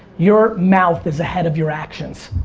your mouth is ahead of your actions.